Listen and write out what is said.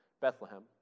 Bethlehem